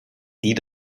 die